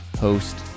host